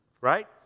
right